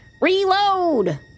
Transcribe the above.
Reload